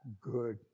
good